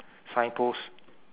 signpost